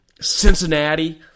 Cincinnati